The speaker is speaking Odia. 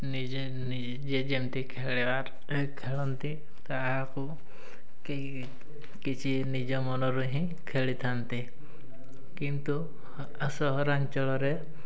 ନିଜେ ଯେ ଯେମିତି ଖେଳିବାର ଖେଳନ୍ତି ତାହାକୁ କିଛି ନିଜ ମନରୁ ହିଁ ଖେଳିଥାନ୍ତି କିନ୍ତୁ ସହରାଞ୍ଚଳରେ